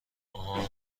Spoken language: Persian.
آهان